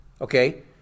okay